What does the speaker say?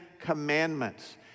commandments